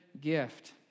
gift